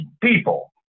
people